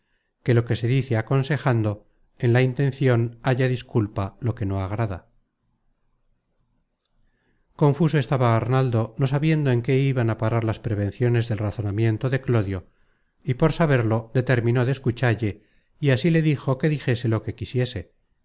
que lo que se dice aconsejando en la intencion halla disculpa lo que no agrada confuso estaba arnaldo no sabiendo en qué iban a parar las prevenciones del razonamiento de clodio y por saberlo determinó de escuchalle y así le dijo que dijese lo que quisiese